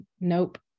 Nope